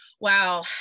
Wow